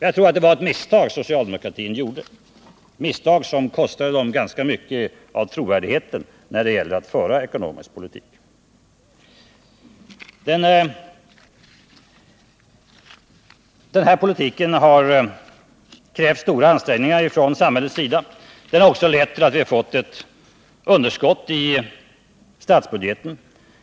Jag tror att det var ett misstag som socialdemokraterna gjorde, ett misstag som kostade dem ganska mycket av trovärdighet när det gäller att föra ekonomisk politik. Denna politik har krävt stora ansträngningar från samhällets sida. Den har också lett till att vi fått ett underskott i statsbudgeten.